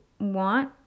want